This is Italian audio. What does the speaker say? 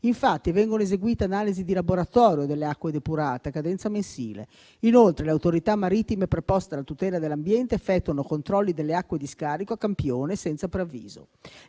Infatti, vengono eseguite analisi di laboratorio delle acque depurate a cadenza mensile. Inoltre, le autorità marittime preposte alla tutela dell'ambiente effettuano controlli delle acque di scarico a campione e senza preavviso.